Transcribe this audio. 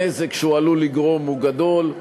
הנזק שהוא עלול לגרום הוא גדול,